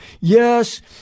Yes